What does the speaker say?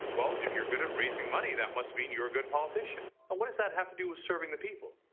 well if you're good at raising money, that must mean you're a good politician now, and what does that have to do with serving the people?